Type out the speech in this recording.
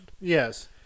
Yes